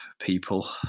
people